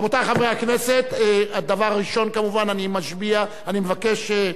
רבותי חברי הכנסת, דבר ראשון כמובן, אני מבקש את